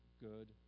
good